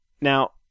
Now